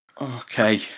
Okay